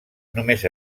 només